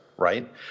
right